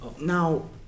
Now